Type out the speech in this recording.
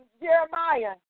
Jeremiah